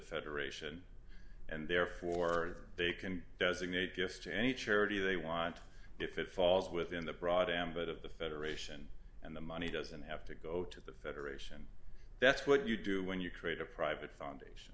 federation and therefore they can designate just any charity they want if it falls within the broad ambit of the federation and the money doesn't have to go to the federation that's what you do when you create a private foundation